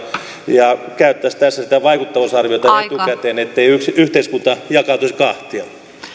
ja käyttäisi tässä sitä vaikuttavuusarviota etukäteen ettei yhteiskunta jakautuisi kahtia